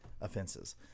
offenses